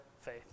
faith